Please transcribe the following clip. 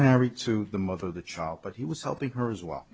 married to the mother of the child but he was helping her as well